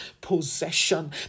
possession